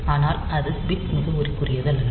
ஆனால் அது பிட் முகவரிக்குரியதல்ல